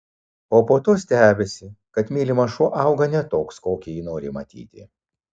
o po to stebisi kad mylimas šuo auga ne toks kokį jį nori matyti